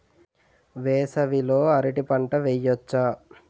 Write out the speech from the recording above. వేసవి లో అరటి పంట వెయ్యొచ్చా?